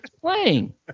playing